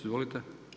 Izvolite.